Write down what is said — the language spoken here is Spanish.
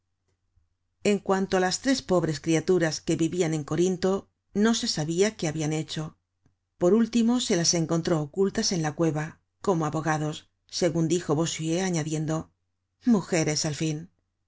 en cuanto á las tres pobres criaturas que vivian en corinto no se sabia qué habian hecho por último se las encontró ocultas en la cuevacomo abogados segun dijo bossuet añadiendo mujeres al fin